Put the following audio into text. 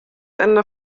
ende